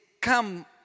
come